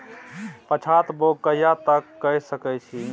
पछात बौग कहिया तक के सकै छी?